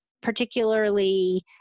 particularly